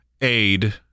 aid